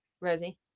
rosie